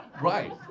Right